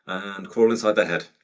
and crawl inside their head.